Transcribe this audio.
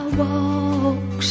walk